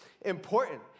important